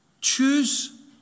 choose